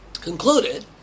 concluded